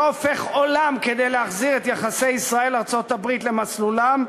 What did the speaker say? לא הופך את העולם כדי להחזיר את יחסי ישראל ארצות-הברית למסלולם,